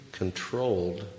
controlled